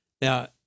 Now